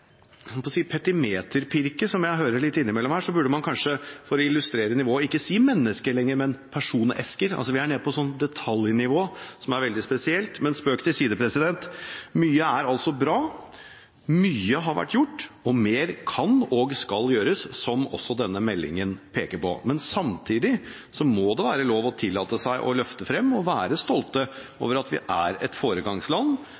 som jeg hører innimellom, for å illustrere nivået, burde man kanskje ikke si mennesker lenger, men «personesker». Vi er nede på et sånt detaljnivå som er veldig spesielt. Spøk til side. – Mye er bra. Mye har vært gjort, og mer kan og skal gjøres, som også denne meldingen peker på. Samtidig må det være lov å tillate seg å løfte frem og være